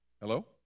Hello